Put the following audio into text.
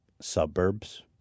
suburbs